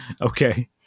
Okay